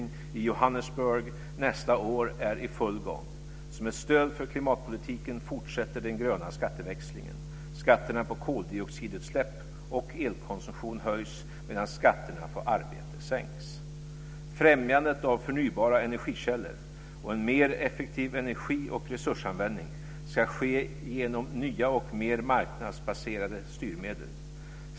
Johannesburg nästa år är i full gång. Som ett stöd för klimatpolitiken fortsätter den gröna skatteväxlingen. Skatterna på koldioxidutsläpp och elkonsumtion höjs, medan skatterna på arbete sänks. Främjandet av förnybara energikällor och en mer effektiv energi och resursanvändning ska ske genom nya och mer marknadsbaserade styrmedel.